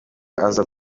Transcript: aza